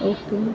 okay